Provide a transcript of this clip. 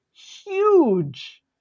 huge